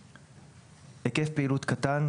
"היקף פעילות קטן",